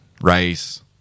rice